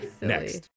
next